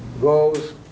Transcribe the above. goes